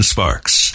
Sparks